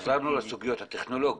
חזרנו לסוגיות הטכנולוגיות.